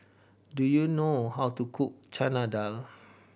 do you know how to cook Chana Dal